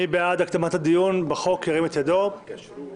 מי בעד הקדמת הדיון בחוקק קליטת חיילים משוחררים (תיקון מס'